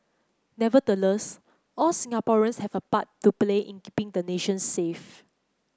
nevertheless all Singaporeans have a part to play in keeping the nation safe